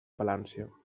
palància